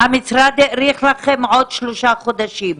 המשרד האריך לכם בעוד חמישה חודשים,